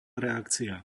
reakcia